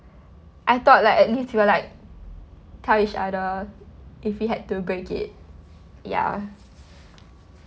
I thought like at least we will like tell each other if we had to break it ya